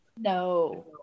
no